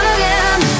Again